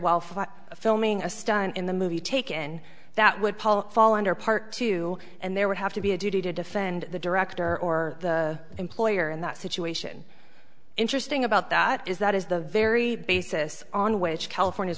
while for filming a stunt in the movie taken that would paul fall under part two and there would have to be a duty to defend the director or the employer in that situation interesting about that is that is the very basis on which california's